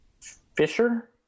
Fisher